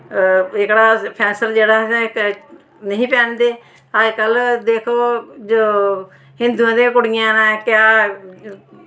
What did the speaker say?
एह्कड़ा फैशन जेह्ड़ा नेईं हे पैंह्नदे अजकल्ल दिक्खो जो हिन्दुआं दियां कुड़ियां न क्या